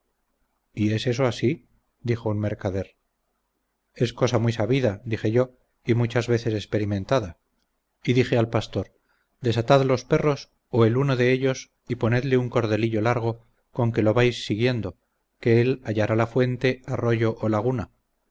es eso así dijo un mercader es cosa muy sabida dije yo y muchas veces experimentada y dije al pastor desatad los perros o el uno de ellos y ponedle un cordelillo largo con que lo vais siguiendo que él hallará fuente arroyo o laguna